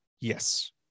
Yes